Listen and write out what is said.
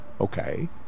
Okay